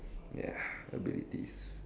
ya abilities